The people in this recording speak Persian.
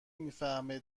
میفهمه